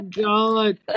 God